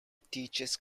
teaches